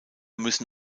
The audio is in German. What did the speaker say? müssen